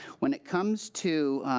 when it comes to